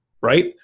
Right